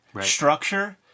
structure